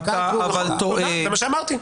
זה מה שאמרתי.